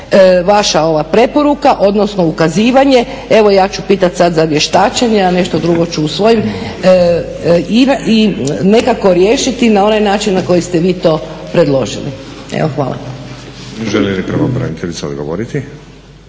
vaša ova preporuka odnosno ukazivanje evo ja ću pitati sada za vještačenje, a nešto drugo ću u svojim i nekako riješiti na onaj način na koji ste vi to predložili? Hvala.